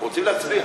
אנחנו רוצים להצביע.